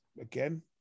again